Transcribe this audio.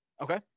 okay